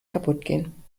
kaputtgehen